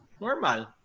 normal